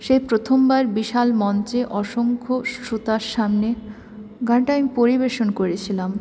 সেই প্রথমবার বিশাল মঞ্চে অসংখ্য শ্রোতার সামনে গানটা আমি পরিবেশন করেছিলাম